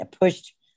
pushed